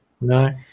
No